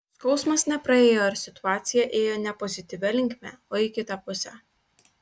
skausmas nepraėjo ir situacija ėjo ne pozityvia linkme o į kitą pusę